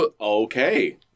Okay